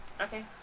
Okay